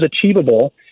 achievable